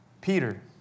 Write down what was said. Peter